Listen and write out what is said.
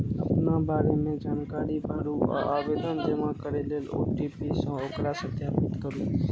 अपना बारे मे जानकारी भरू आ आवेदन जमा करै लेल ओ.टी.पी सं ओकरा सत्यापित करू